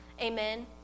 Amen